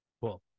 Cool